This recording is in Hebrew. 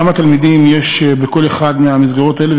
כמה תלמידים יש בכל אחת מהמסגרות האלה,